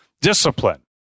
discipline